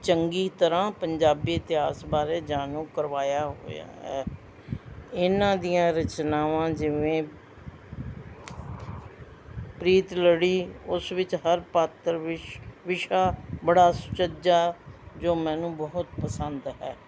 ਚੰਗੀ ਤਰ੍ਹਾਂ ਪੰਜਾਬੀ ਇਤਿਹਾਸ ਬਾਰੇ ਜਾਣੂ ਕਰਵਾਇਆ ਹੋਇਆ ਹੈ ਇਹਨਾਂ ਦੀਆਂ ਰਚਨਾਵਾਂ ਜਿਵੇਂ ਪ੍ਰੀਤਲੜੀ ਉਸ ਵਿੱਚ ਹਰ ਪਾਤਰ ਵਿਸ਼ ਵਿਸ਼ਾ ਬੜਾ ਸੁਚੱਜਾ ਜੋ ਮੈਨੂੰ ਬਹੁਤ ਪਸੰਦ ਹੈ